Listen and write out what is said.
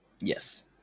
Yes